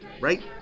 right